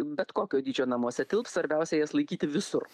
bet kokio dydžio namuose tilps svarbiausia jas laikyti visur